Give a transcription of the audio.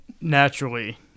naturally